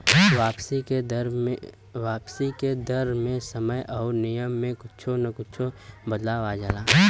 वापसी के दर मे समय आउर नियम में कुच्छो न कुच्छो बदलाव आ जाला